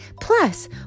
Plus